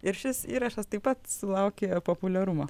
ir šis įrašas taip pat sulaukė populiarumo